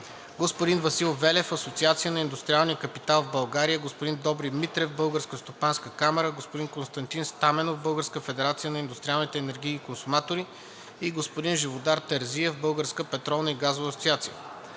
господин Васил Велев – Асоциация на индустриалния капитал в България, господин Добри Митрев – Българска стопанска камара, господин Константин Стаменов – Българска федерация на индустриалните енергийни консуматори, и господин Живодар Терзиев – Българска петролна и газова асоциация.